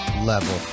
level